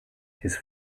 his